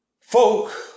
folk